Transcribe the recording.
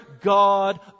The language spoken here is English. God